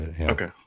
Okay